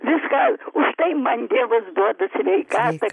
vis gal už tai man dievas duoda sveikatą